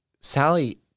Sally